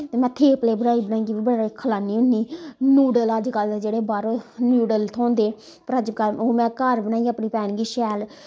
ते में थेपले बनाई बनाइयै बी बड़े खलानी होनी नूडल अजकल दे जेह्ड़े बाह्रों नूडल थ्होंदे पर अज कल हून में घर बनाईयै अपनी भैन गी शैल